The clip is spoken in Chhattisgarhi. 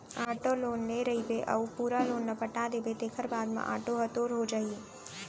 आटो लोन ले रहिबे अउ पूरा लोन ल पटा देबे तेखर बाद म आटो ह तोर हो जाही